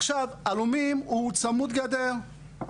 עלומים הוא צמוד גדר,